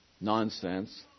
nonsense